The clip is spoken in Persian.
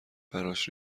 براش